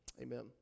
Amen